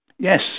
Yes